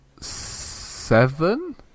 seven